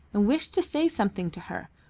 and wished to say something to her,